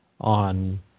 on